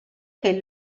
che